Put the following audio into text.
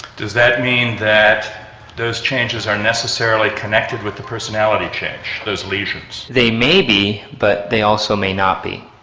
does that mean that those changes are necessarily connected with the personality change, those lesions? they may be but they also may not be.